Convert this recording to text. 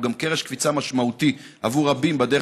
הוא גם קרש קפיצה משמעותי עבור רבים בדרך